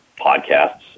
podcasts